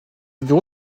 bureau